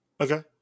Okay